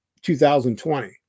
2020